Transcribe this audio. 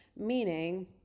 meaning